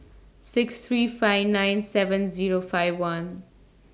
six three five nine seven Zero five one